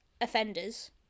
offenders